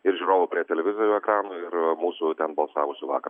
ir žiūrovų prie televizorių ekranų ir mūsų ten balsavusių vakar